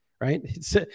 right